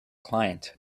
client